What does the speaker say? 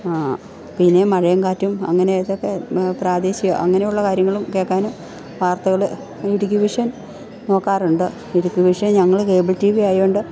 പിന്നെ മഴയും കാറ്റും അങ്ങനെ അതൊക്കെ പ്രാദേശിക അങ്ങനെ ഉള്ള കാര്യങ്ങളും കേൾക്കാനും വാർത്തകൾ ഇടുക്കി വിഷൻ നോക്കാറുണ്ട് ഇടുക്കി വിഷൻ ഞങ്ങൾ കേബിൾ ടി വി ആയത് കൊണ്ട്